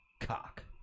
cock